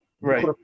Right